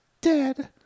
dead